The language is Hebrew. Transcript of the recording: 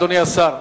אדוני השר.